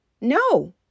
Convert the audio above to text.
No